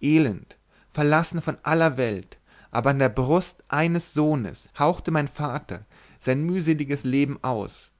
elend verlassen von aller welt aber an der brust eines sohnes hauchte mein vater sein mühseliges leben aus